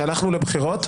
שהלכנו לבחירות,